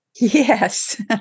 Yes